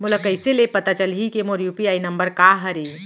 मोला कइसे ले पता चलही के मोर यू.पी.आई नंबर का हरे?